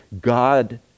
God